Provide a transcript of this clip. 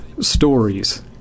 stories